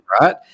right